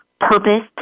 purpose